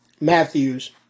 Matthews